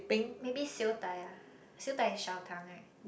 maybe siew dai ah siew dai is 小糖 right